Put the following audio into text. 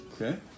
Okay